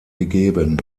gegeben